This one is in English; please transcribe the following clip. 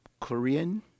Korean